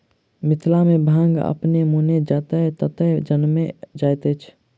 मिथिला मे भांग अपने मोने जतय ततय जनैम जाइत अछि